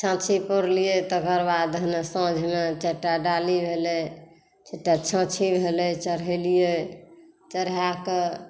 छाँछी पौरलियै तकरबाद साँझ मे चारिटा डाली भेलै चारिटा छाँछी भेलै चढ़ेलियै चढ़ाए कऽ